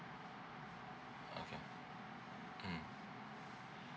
okay mm